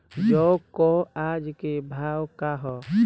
जौ क आज के भाव का ह?